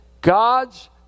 God's